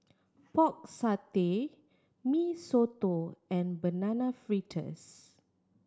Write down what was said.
Pork Satay Mee Soto and Banana Fritters